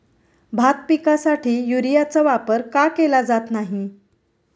भात पिकासाठी युरियाचा वापर का केला जात नाही?